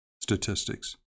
statistics